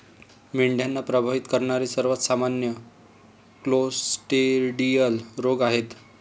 मेंढ्यांना प्रभावित करणारे सर्वात सामान्य क्लोस्ट्रिडियल रोग आहेत